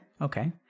Okay